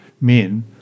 men